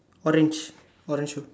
orange orange